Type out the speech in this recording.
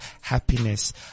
happiness